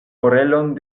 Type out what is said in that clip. orelon